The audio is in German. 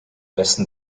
besten